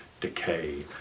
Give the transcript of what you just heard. decay